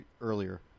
earlier